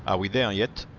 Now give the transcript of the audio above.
ah we there yet?